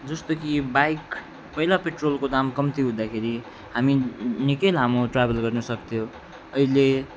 जस्तो कि बाइक पहिला पेट्रोलको दाम कम्ती हुँदाखेरि हामी नि निकै लामो ट्राभल गर्न सक्थ्यो